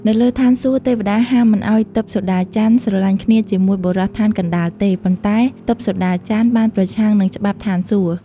នៅលើឋានសួគ៌ ទេវតាហាមមិនឲ្យទិព្វសូដាច័ន្ទ ស្រឡាញ់គ្នា ជាមួយបុរសឋានកណ្ដាលទេ ប៉ុន្ដែ ទិព្វសូដាច័ន្ទ បានប្រឆាំងនឹងច្បាប់ឋានសួគ៌។